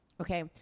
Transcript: Okay